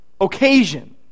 occasion